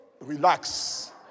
Relax